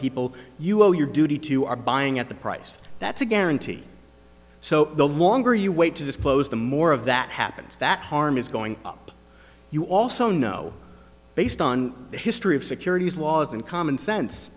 people you owe your duty to are buying at the price that's a guarantee so the longer you wait to disclose the more of that happens that harm is going up you also know based on the history of securities laws and common sense